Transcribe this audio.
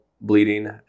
bleeding